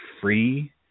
free